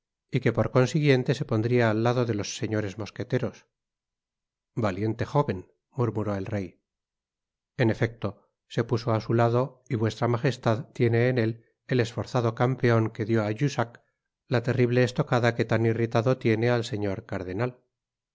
y que por consiguiente se pondria al lado de los señores mosqueteros valiente jóven murmnró el rey en electo se puso á sa lado y vuestra magostad tiene en él el esforzado campeon que dió á jussac la terrible estocada que tan irritado tiene al señor cardenal